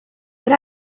but